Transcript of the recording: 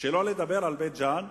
שלא לדבר על בית-ג'ן,